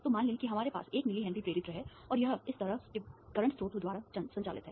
तो मान लें कि हमारे पास 1 मिली हेनरी प्रेरित्र है और यह इस तरह के करंट स्रोत द्वारा संचालित है